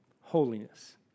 Holiness